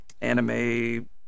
anime